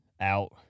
out